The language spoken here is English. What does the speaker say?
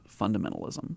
fundamentalism